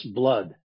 blood